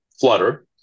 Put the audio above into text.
flutter